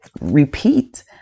repeat